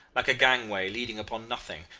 like a gangway leading upon nothing,